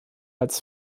als